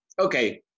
Okay